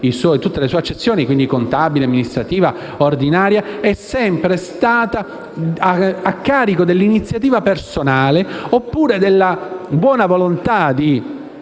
tutte le sue accezioni: contabile, amministrativa e ordinaria - è sempre stata a carico dell'iniziativa personale oppure della buona volontà di